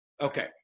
Okay